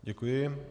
Děkuji.